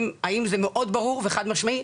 האם זה מאוד ברור וחד משמעי,